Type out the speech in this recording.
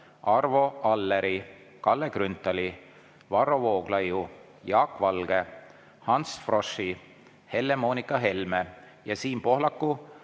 Arvo Alleri, Kalle Grünthali, Varro Vooglaiu, Jaak Valge, Ants Froschi, Helle-Moonika Helme ja Siim Pohlaku